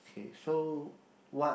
K so what